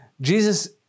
Jesus